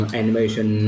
animation